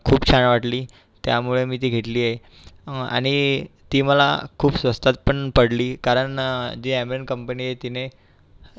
खूप छान वाटली त्यामुळे मी ती घेतली आहे आणि ती मला खूप स्वस्तात पण पडली कारण जी ॲम्वेन कंपनी तिने